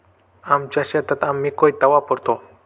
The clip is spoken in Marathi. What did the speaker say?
आमच्या शेतात आम्ही कोयता वापरतो